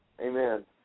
Amen